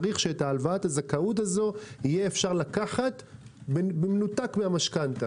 צריך שאת הלוואת הזכאות הזו יהיה אפשר לקחת במנותק מהמשכנתא.